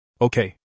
Okay